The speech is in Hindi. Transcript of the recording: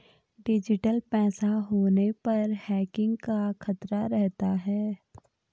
डिजिटल पैसा होने पर हैकिंग का खतरा रहता है